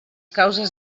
causes